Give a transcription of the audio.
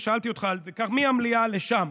ושאלתי אותך מהמליאה לשם,